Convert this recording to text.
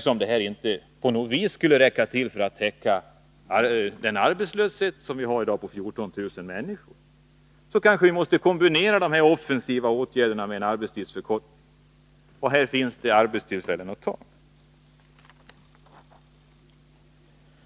skulle inte på något sätt räcka till för att täcka den arbetslöshet på 14 000 människor som vi har i dag, och därför kanske vi måste kombinera dem med en arbetstidsförkortning. Här kan det tas fram arbetstillfällen.